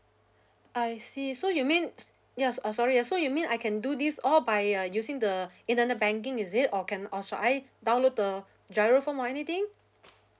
I see so you mean yeah uh sorry ah so you mean I can do this all by uh using the internet banking is it or can or should I download the giro form or anything